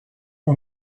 how